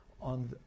on